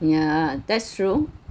yeah that's true